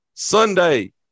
Sunday